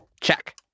Check